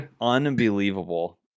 unbelievable